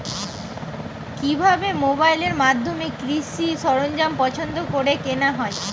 কিভাবে মোবাইলের মাধ্যমে কৃষি সরঞ্জাম পছন্দ করে কেনা হয়?